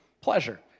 Pleasure